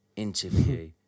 interview